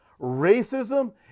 racism